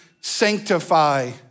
sanctify